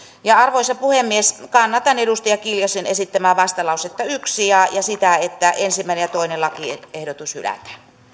arvoisa puhemies kannatan edustaja kiljusen esittämää vastalausetta yksi ja ja sitä että ensimmäinen ja toinen lakiehdotus hylätään